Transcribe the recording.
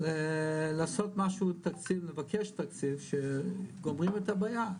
לעשות משהו, לבקש תצהיר שגומרים את הבעיה.